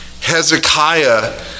Hezekiah